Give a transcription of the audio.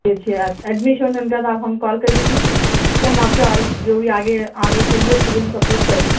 جی اچھی بات ایڈمیشن ہونے کے بعد ہم کال کر دیجیے کہ ہم آپ کے اور جو بھی آگے آرڈرس دیں گے اس کو بھی ہم کمپلیٹ کر دیں گے